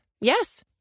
Yes